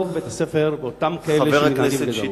את בית-הספר ואת אותם אלה שמתנהגים כך.